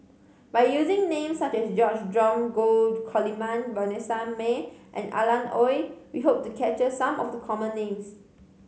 by using names such as George Dromgold Coleman Vanessa Mae and Alan Oei we hope to capture some of the common names